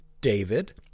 David